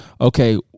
Okay